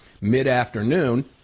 mid-afternoon